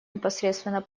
непосредственно